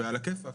ועל הכיפק.